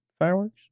Fireworks